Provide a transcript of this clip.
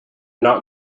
not